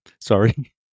Sorry